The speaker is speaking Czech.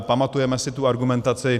Pamatujeme si tu argumentaci.